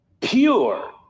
pure